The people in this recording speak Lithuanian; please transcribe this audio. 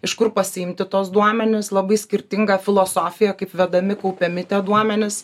iš kur pasiimti tuos duomenis labai skirtingą filosofiją kaip vedami kaupiami duomenys